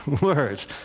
words